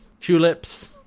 tulips